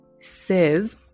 says